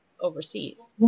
overseas